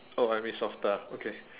oh I softer ah okay